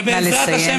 ובעזרת השם,